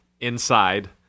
inside